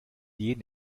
jeden